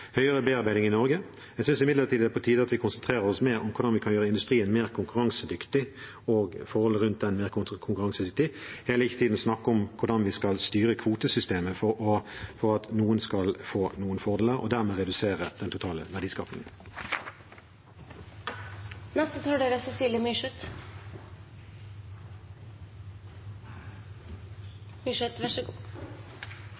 bearbeiding i Norge. Jeg synes imidlertid det er på tide at vi konsentrerer oss mer om hvordan vi kan gjøre industrien mer konkurransedyktig, og ikke hele tiden snakker om hvordan vi skal styre kvotesystemet for at noen skal få noen fordeler, og dermed redusere kvotetallet og verdiskapingen. Jeg takker for at det er